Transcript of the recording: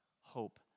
hope